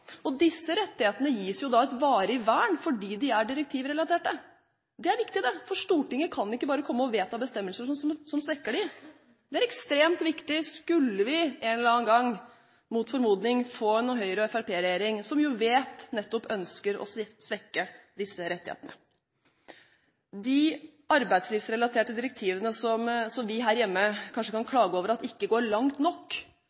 på. Disse rettighetene gis et varig vern fordi de er direktivrelaterte – og det er viktig! Stortinget kan ikke bare vedta bestemmelser som svekker disse rettighetene. Det er ekstremt viktig – om vi en eller annen gang mot formodning skulle få en Høyre–Fremskrittsparti-regjering, som vi vet nettopp ønsker å svekke disse rettighetene. Vi må huske på at de arbeidslivsrelaterte direktivene, som vi her hjemme kanskje kan klage over at ikke går langt nok,